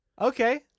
Okay